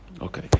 Okay